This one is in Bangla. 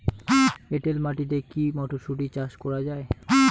এটেল মাটিতে কী মটরশুটি চাষ করা য়ায়?